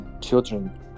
children